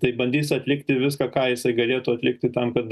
tai bandys atlikti viską ką jisai galėtų atlikti tam kad